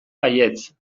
baietz